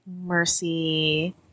mercy